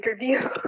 interview